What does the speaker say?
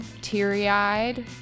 teary-eyed